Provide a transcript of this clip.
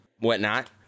whatnot